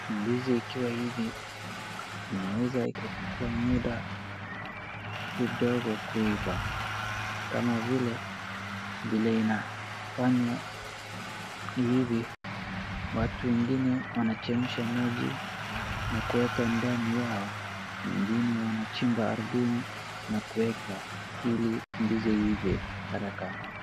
Ndizi ikiwa hivi, inaweza ikachukuwa muda mdogo kuiva. Kama vile ,vile inafanywa hivi, watu wengine wanachemsha maji na kuweka ndani yao, wengine wanachimba ardhini na kuweka ili ndizi iive haraka.